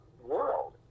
world